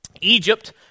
Egypt